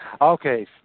Okay